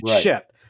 shift